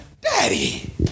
Daddy